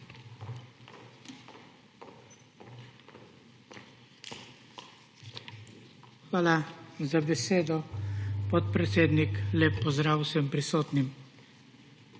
Hvala za besedo, podpredsednik. Lep pozdrav vsem prisotnim!